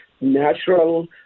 natural